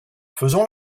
faisons